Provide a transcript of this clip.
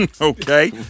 okay